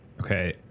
okay